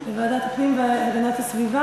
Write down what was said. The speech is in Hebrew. לוועדת הפנים והגנת הסביבה.